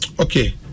okay